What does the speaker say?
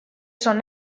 son